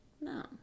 No